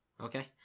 okay